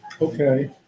Okay